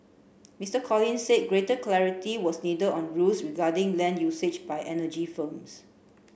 Mister Collins said greater clarity was need on rules regarding land usage by energy firms